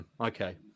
okay